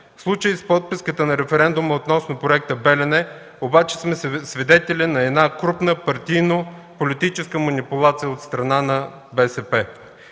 В случая с подписката на референдума относно Проекта „Белене” обаче сме свидетели на една крупна партийно-политическа манипулация от страна на БСП.